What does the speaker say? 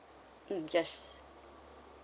mm yes